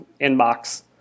inbox